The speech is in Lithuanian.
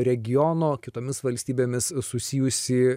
regiono kitomis valstybėmis susijusį